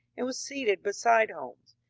and was seated beside holmes.